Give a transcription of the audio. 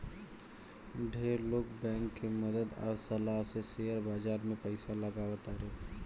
ढेर लोग बैंक के मदद आ सलाह से शेयर बाजार में पइसा लगावे तारे